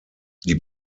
die